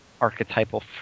archetypal